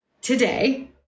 today